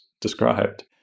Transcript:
described